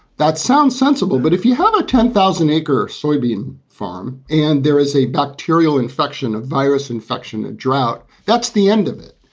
that sounds sensible. but if you have a ten thousand acre soybean farm and there is a bacterial infection of virus infection, a drought, that's the end of it.